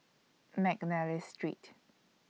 Mcnally Street